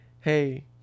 hey